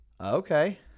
Okay